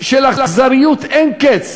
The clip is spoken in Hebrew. של אכזריות אין-קץ,